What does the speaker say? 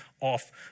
off